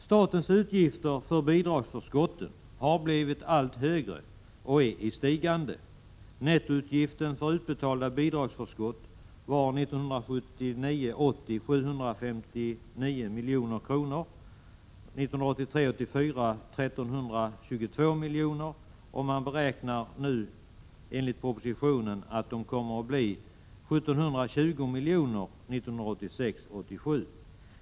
Statens utgifter för bidragsförskotten har blivit allt större och är även nu i stigande. Nettoutgiften för utbetalda bidragsförskott var 759 milj.kr. budgetåret 1979 84. I propositionen beräknas utgiften bli 1 720 milj.kr. budgetåret 1986/87.